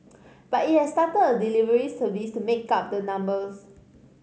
but it has started a delivery service to make up the numbers